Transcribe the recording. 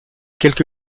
quelque